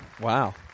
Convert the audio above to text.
Wow